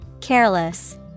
Careless